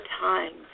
times